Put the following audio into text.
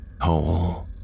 whole